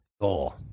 Goal